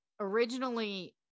Originally